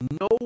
no